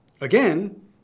Again